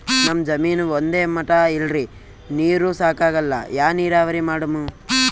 ನಮ್ ಜಮೀನ ಒಂದೇ ಮಟಾ ಇಲ್ರಿ, ನೀರೂ ಸಾಕಾಗಲ್ಲ, ಯಾ ನೀರಾವರಿ ಮಾಡಮು?